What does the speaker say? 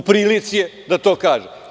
U prilici je da to kaže.